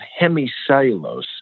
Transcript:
hemicellulose